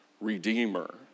Redeemer